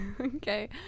Okay